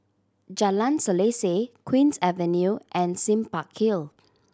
Jalan Selaseh Queen's Avenue and Sime Park Hill